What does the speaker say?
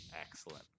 Excellent